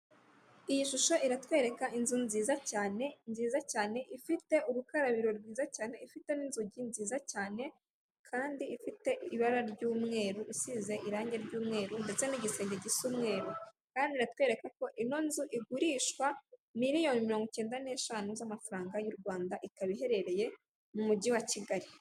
Iyi shusho iratwereka inzu nziza cyane nziza cyane, ifite urukarabiro rwiza cyane, ifite n'inzugi nziza cyane, kandi ifite ibara ry'umweru, isize irangi ry'umweru, ndetse n'igisenge gisa umweru kandi iratwereka ko ino nzu igurishwa miliyoni mirongokeyenda n'eshanu z'amafaranga y'u Rwanda ikaba iherereye mu mujyi wa Kigali.